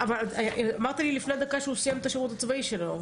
אבל אמרת לי לפני דקה שהוא סיים את השירות הצבאי שלו.